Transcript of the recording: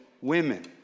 women